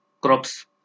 crops